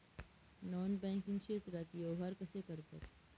Non banking क्षेत्रात व्यवहार कसे करतात?